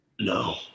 No